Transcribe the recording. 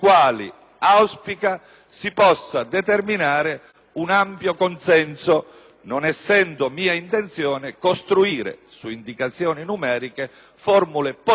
un ampio consenso, non essendo sua intenzione costruire su indicazioni numeriche formule politiche che non corrispondono all'interesse del Paese».